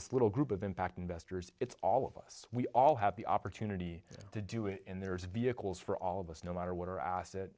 this little group of impact investors it's all of us we all have the opportunity to do it and there's vehicles for all of us no matter what our asset